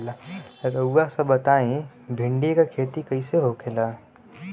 रउआ सभ बताई भिंडी क खेती कईसे होखेला?